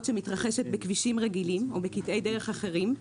שמתרחשת בכבישים רגילים או בקטעי דרך אחרים,